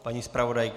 Paní zpravodajka?